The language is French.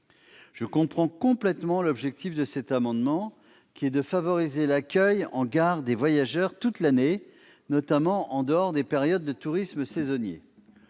Je comprends parfaitement l'objectif de cet amendement, qui est de favoriser l'accueil en gare des voyageurs toute l'année, notamment en dehors des périodes de tourisme saisonnier.